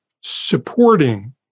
supporting